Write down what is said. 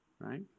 right